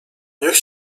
niech